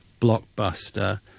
blockbuster